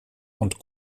und